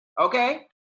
okay